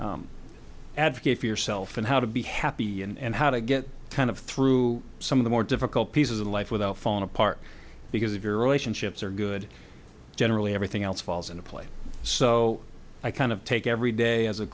advocate for yourself and how to be happy and how to get kind of through some of the more difficult pieces of life without falling apart because if your ships are good generally everything else falls into place so i kind of take every day as a